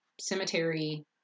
cemetery-